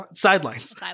sidelines